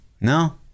no